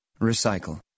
Recycle